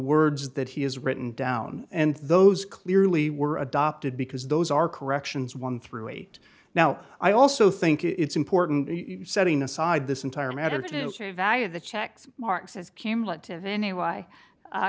words that he has written down and those clearly were adopted because those are corrections one through eight now i also think it's important setting aside this entire matter to value the checks mar